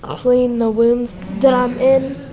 clean the room that i'm in